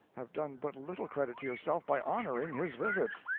have done but little credit to yourself by honoring his visits.